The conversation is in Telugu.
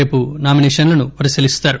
రేపు నామిసేషన్లను పరిశీలిస్తారు